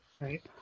Right